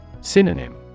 Synonym